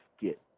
get